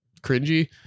cringy